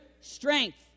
strength